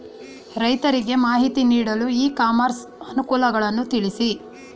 ರೈತರಿಗೆ ಮಾಹಿತಿ ನೀಡಲು ಇ ಕಾಮರ್ಸ್ ಅನುಕೂಲಗಳನ್ನು ತಿಳಿಸಿ?